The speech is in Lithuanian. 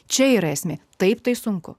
čia yra esmė taip tai sunku